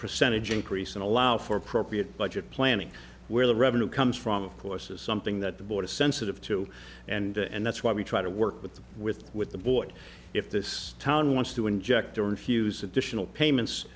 percentage increase and allow for appropriate budget planning where the revenue comes from of course is something that the board is sensitive to and and that's why we try to work with the with with the boy if this town wants to inject or infuse additional payments